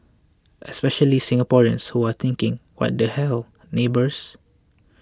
especially Singaporeans who are thinking what the hell neighbours